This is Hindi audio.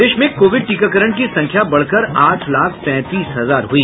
प्रदेश में कोविड टीकाकरण की संख्या बढ़कर आठ लाख तैंतीस हजार हुई